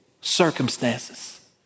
circumstances